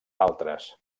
altres